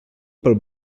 pel